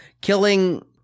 killing